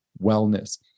wellness